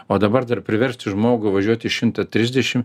o dabar dar priversti žmogų važiuoti šimtą trisdešim